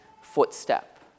footstep